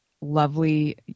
lovely